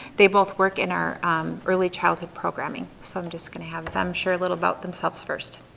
they both work in our early childhood programming so i'm just gonna have them share a little about themselves first.